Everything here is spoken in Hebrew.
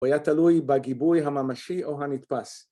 ‫הוא היה תלוי בגיבוי הממשי או הנתפס.